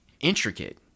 intricate